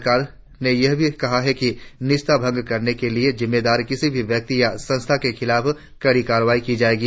सरकार ने यह भी कहा है कि निजता भंग करने के लिए जिम्मेदार किसी भी व्यक्ति या संस्था के खिलाफ कड़ी कार्रवाई की जाएगी